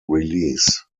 release